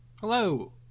Hello